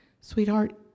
Sweetheart